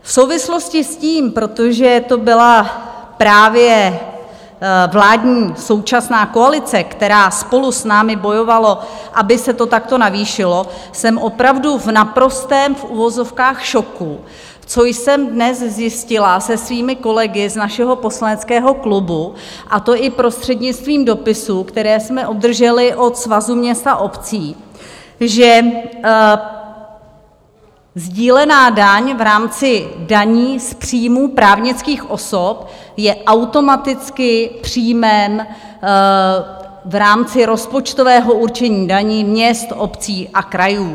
V souvislosti s tím, protože to byla právě vládní současná koalice, která spolu s námi bojovala, aby se to takto navýšilo, jsem opravdu v naprostém v uvozovkách šoku, co jsem dnes zjistila se svými kolegy z našeho poslaneckého klubu, a to i prostřednictvím dopisů, které jsme obdrželi od Svazu měst a obcí, že sdílená daň v rámci daní z příjmů právnických osob je automaticky příjmem v rámci rozpočtového určení daní měst, obcí a krajů.